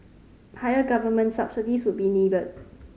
higher government subsidies would be needed